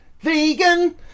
vegan